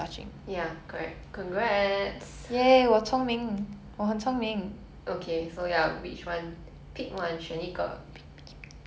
ya correct congrats okay so ya which one pick one 选一个